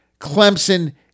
Clemson